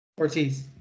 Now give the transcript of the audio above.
Ortiz